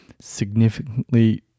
significantly